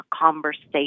conversation